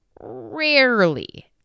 rarely